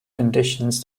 conditions